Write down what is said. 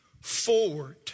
forward